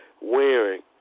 wearing